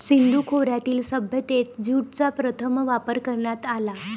सिंधू खोऱ्यातील सभ्यतेत ज्यूटचा प्रथम वापर करण्यात आला